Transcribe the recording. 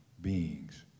beings